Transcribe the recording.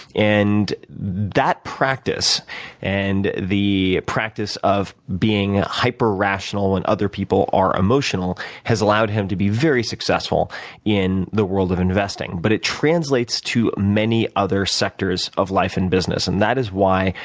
and that practice and the practice of being hyper rational when and other people are emotional has allowed him to be very successful in the world of investing. but it translates to many other sectors of life and business, and that is why,